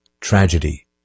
tragedy